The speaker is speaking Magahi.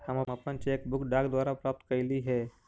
हम अपन चेक बुक डाक द्वारा प्राप्त कईली हे